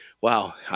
wow